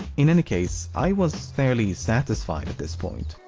in any case, i was fairly satisfied at this point.